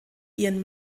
ihren